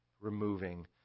removing